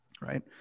right